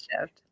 shift